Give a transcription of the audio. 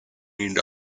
need